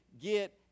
get